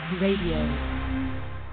RADIO